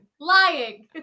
Lying